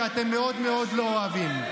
שאתם מאוד מאוד לא אוהבים.